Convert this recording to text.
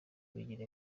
bigira